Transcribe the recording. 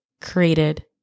created